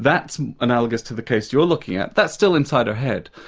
that's analogous to the case you're looking at. that's still inside her head.